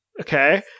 Okay